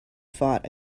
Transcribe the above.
fought